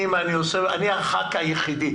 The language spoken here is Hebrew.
אני חבר הכנסת היחידי